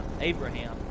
Abraham